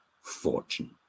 fortune